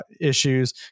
issues